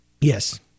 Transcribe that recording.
yes